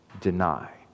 deny